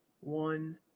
one